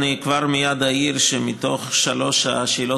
אני כבר מייד אעיר שמתוך שלוש השאלות